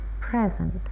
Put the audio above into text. present